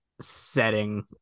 setting